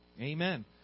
Amen